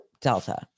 Delta